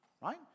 right